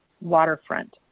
waterfront